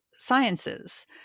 sciences